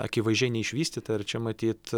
akivaizdžiai neišvystyta ir čia matyt